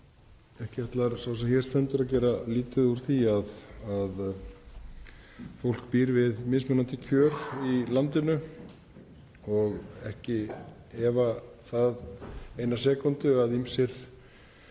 Ekki ætlar sá sem hér stendur að gera lítið úr því að fólk býr við mismunandi kjör í landinu og ekki efa ég það eina sekúndu að ýmsir